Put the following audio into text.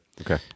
Okay